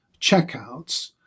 checkouts